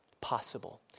possible